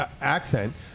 accent